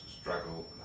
struggle